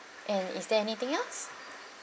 and is there anything else